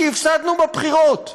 כי הפסדנו בבחירות.